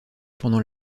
pendant